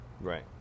Right